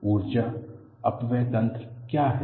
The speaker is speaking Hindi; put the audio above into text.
ऊर्जा अपव्यय तंत्र क्या हैं